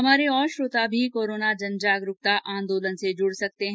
हमारे और श्रोता भी कोरोना जनजागरुकता आंदोलन से जुड सकते हैं